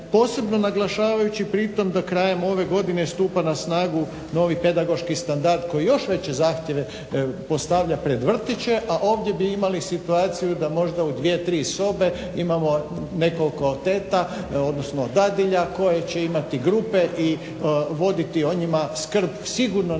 posebno naglašavajući pri tom da krajem ove godine stupa na snagu novi pedagoški standard koji još veće zahtjeve postavlja pred vrtiće, a ovdje bi imali situaciju da možda u 2, 3 sobe imamo nekoliko dadilja koje će imati grupe i voditi o njima skrb sigurno na nižoj